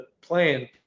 playing